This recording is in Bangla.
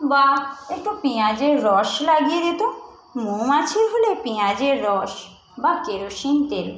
বা একটু পেঁয়াজের রস লাগিয়ে দে তো মৌমাছি হলে পেঁয়াজের রস বা কেরোসিন তেল